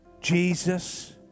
Jesus